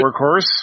workhorse